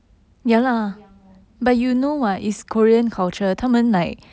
那个 tzu yang lor